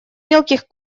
мелких